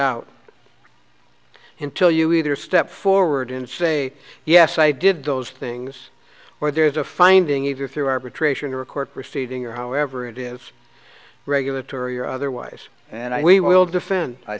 out until you either step forward and say yes i did those things or there's a finding either through arbitration or a court proceeding or however it is regulatory or otherwise and i we will defend i